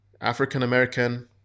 African-American